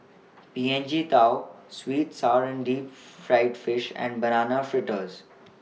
P N G Tao Sweet Sour and Deep Fried Fish and Banana Fritters